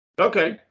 okay